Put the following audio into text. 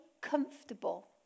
comfortable